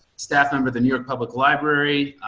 staff member the new york public library.